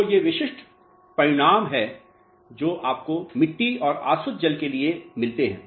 तो ये विशिष्ट परिणाम हैं जो आपको मिट्टी और आसुत जल के लिए मिलते हैं